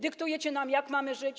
Dyktujecie nam, jak mamy żyć.